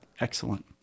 Excellent